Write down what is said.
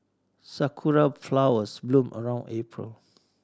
sakura flowers bloom around April